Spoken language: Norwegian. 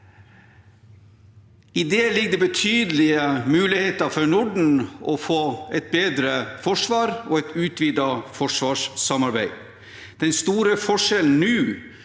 I det ligger det betydelige muligheter for Norden til å få et bedre forsvar og et utvidet forsvarssamarbeid. Den store forskjellen nå,